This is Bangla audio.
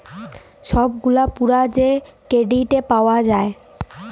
ছব গুলা পুরা যে কেরডিট পাউয়া যায়